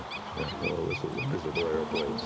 this was a miserable airplane.